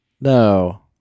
No